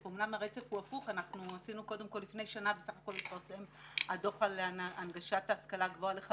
70ב. חיברנו לו את נושא הנגשת ההשכלה הגבוהה למגזר